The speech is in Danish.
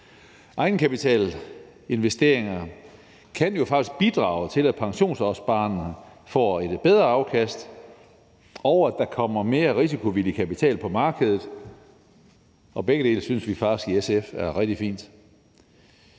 Egenkapitalinvesteringer kan jo faktisk bidrage til, at pensionsopsparerne får et bedre afkast, og at der kommer mere risikovillig kapital på markedet – og begge dele synes vi faktisk i SF er rigtig fint.